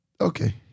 okay